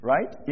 Right